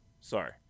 sorry